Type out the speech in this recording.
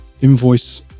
invoice